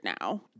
now